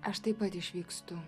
aš taip pat išvykstu